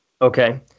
okay